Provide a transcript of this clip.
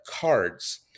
cards